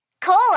Cola